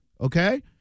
okay